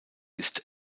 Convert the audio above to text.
ist